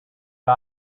pas